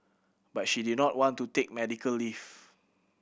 but she did not want to take medical leave